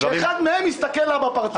שאחד מהם יסתכל לה בפרצוף.